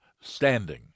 standing